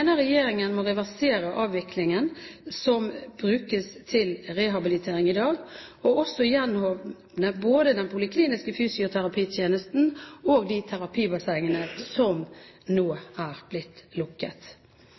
mener regjeringen må reversere avviklingen av basseng som brukes til rehabilitering i dag og gjenåpne både den polikliniske fysioterapitjenesten og de terapibassengene som nå er blitt lukket.